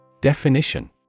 Definition